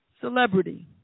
Celebrity